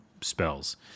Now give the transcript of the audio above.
spells